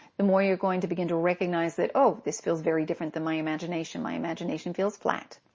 the more you're going to begin to recognize that, oh, this feels very different than my imagination. my imagination feels flat